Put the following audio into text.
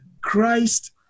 Christ